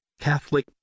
Catholic